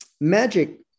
magic